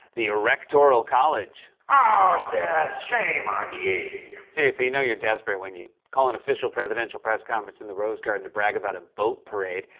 the erectoral college. oh, ah seth! shame on you! seriously, you know you're desperate when you call an official presidential press conference in the rose garden to brag about a boat parade.